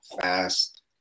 fast